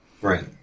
Right